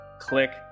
Click